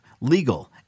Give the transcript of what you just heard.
legal